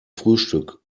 frühstück